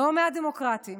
לא מהדמוקרטים,